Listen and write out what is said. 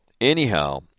anyhow